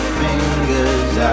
fingers